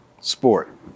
sport